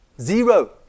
Zero